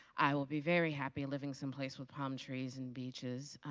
i will be very happy living some place with palm trees and beaches.